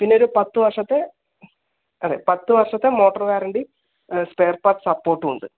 പിന്ന ഒരു പത്ത് വർഷത്തെ അതെ പത്ത് വർഷത്തെ മോട്ടർ വാറണ്ടി സ്പെയർ പാർട്സ് സപ്പോർട്ടും ഉണ്ട്